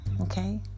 Okay